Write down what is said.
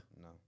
No